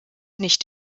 nicht